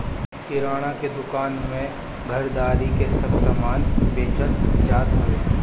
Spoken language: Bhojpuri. किराणा के दूकान में घरदारी के सब समान बेचल जात हवे